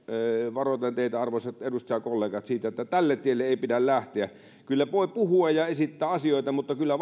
varoitan teitä arvoisat edustajakollegat siitä että tälle tielle ei pidä lähteä kyllä voi puhua ja esittää asioita mutta kyllä